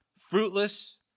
fruitless